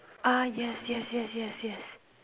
ah yes yes yes yes yes